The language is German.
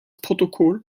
protokoll